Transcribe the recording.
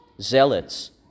Zealots